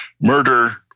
murder